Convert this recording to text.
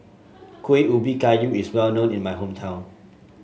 Kueh Ubi Kayu is well known in my hometown